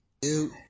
Dude